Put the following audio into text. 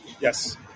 Yes